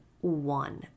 one